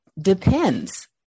depends